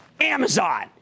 Amazon